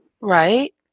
Right